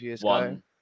one